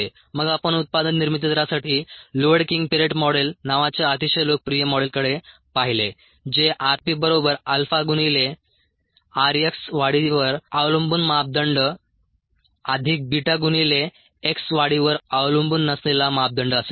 मग आपण उत्पादन निर्मिती दरासाठी लुएडेकिंग पिरेट मॉडेल नावाच्या अतिशय लोकप्रिय मॉडेलकडे पाहिले जे rpबरोबर अल्फा गुणिले rxवाढीवर अवलंबून मापदंड अधिक बीटा गुणिले x वाढीवर अवलंबून नसलेला मापदंड असे देते